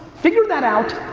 figure that out,